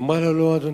אמרה: "לא אדוני,